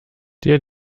der